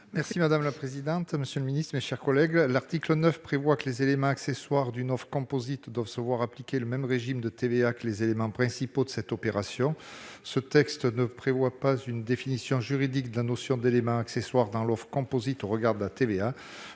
est ainsi libellé : La parole est à M. Bernard Buis. L'article 9 prévoit que les éléments accessoires d'une offre composite doivent se voir appliquer le même régime de TVA que les éléments principaux de cette opération. Or il ne fournit pas une définition juridique de la notion d'éléments accessoires dans l'offre composite au regard de la TVA.